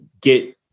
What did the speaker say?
get